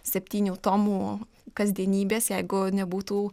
septynių tomų kasdienybės jeigu nebūtų